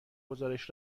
گزارش